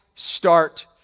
Start